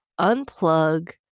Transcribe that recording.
unplug